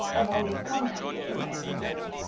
avoiding contact with the rail and wall,